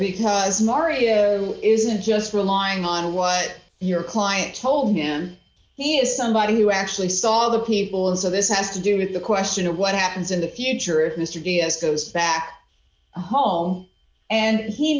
because mario isn't just relying on what your client told him he is somebody who actually saw the people and so this has to do with the question of what happens in the future if mr d s goes back hall and he